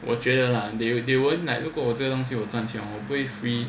我觉得 lah they they won't like 如果我这东西有赚钱我不会 free